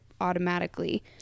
automatically